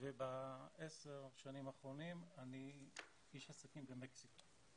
ובעשר השנים האחרונות אני איש עסקים במקסיקו,